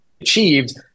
achieved